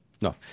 No